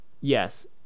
Yes